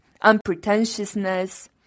unpretentiousness